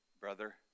brother